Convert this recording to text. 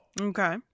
Okay